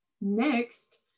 Next